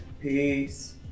Peace